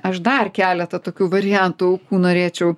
aš dar keletą tokių variantų norėčiau